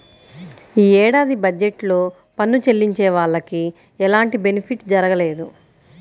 యీ ఏడాది బడ్జెట్ లో పన్ను చెల్లించే వాళ్లకి ఎలాంటి బెనిఫిట్ జరగలేదు